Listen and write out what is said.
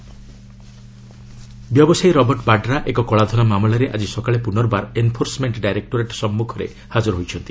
ED Vadra ବ୍ୟବସାୟୀ Robert Vadra ଏକ କଳାଧନ ମାମଲାରେ ଆଜି ସକାଳେ ପୁନର୍ବାର ଏନ୍ଫୋର୍ସମେଣ୍ଟ୍ ଡାଇରେକ୍ଟୋରେଟ୍ ସନ୍ପୁଖରେ ହାଜର ହୋଇଛନ୍ତି